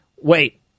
wait